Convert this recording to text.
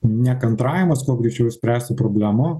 nekantravimas kuo greičiau išspręsti problemą